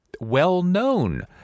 well-known